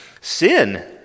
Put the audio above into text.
sin